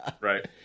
right